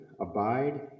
abide